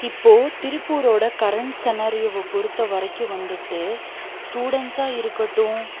இப்போது திருப்பூரோடய கரண்ட் சனாரியோவை பொறுத்த வரைக்கும் வந்துட்டு ஸ்டூடண்ட்ஸாக இருக்கட்டும்